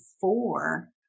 four